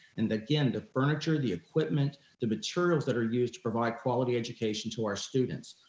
and again, the furniture, the equipment, the materials that are used to provide quality education to our students.